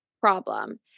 problem